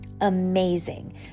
Amazing